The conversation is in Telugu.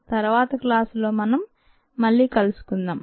తరువాత క్లాసులో మనం మళ్లీ కలుసుకుందాం